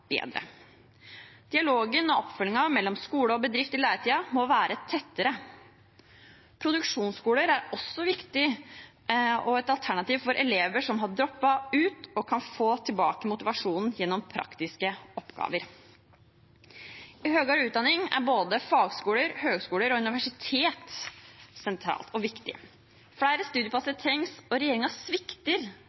Dialogen og oppfølgingen mellom skole og bedrift i læretiden må være tettere. Produksjonsskoler er også viktige og et alternativ for elever som har droppet ut, og som kan få tilbake motivasjonen gjennom praktiske oppgaver. I høyere utdanning er både fagskoler, høyskoler og universiteter sentrale og viktige. Flere studieplasser trengs. Regjeringen svikter